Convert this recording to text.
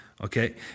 Okay